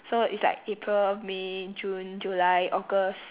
so it's like april may june july august